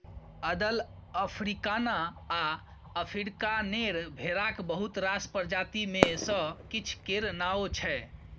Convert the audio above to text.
अदल, अफ्रीकाना आ अफ्रीकानेर भेराक बहुत रास प्रजाति मे सँ किछ केर नाओ छै